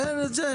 אין את זה?